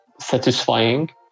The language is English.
satisfying